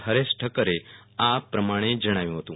હરેશ ઠક્કરે આ પ્રમાણે જણાવ્યું હતું